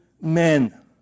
men